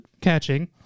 catching